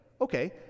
Okay